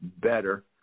better